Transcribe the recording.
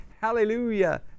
hallelujah